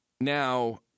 Now